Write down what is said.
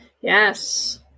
Yes